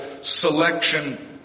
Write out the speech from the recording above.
selection